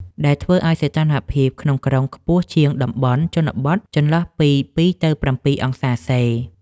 ដែលធ្វើឱ្យសីតុណ្ហភាពក្នុងក្រុងខ្ពស់ជាងតំបន់ជនបទចន្លោះពី ២ ទៅ ៧ អង្សាសេ។